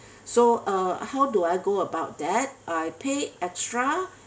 so uh how do I go about that I pay extra